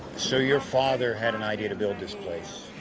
so your father had an idea to build this place.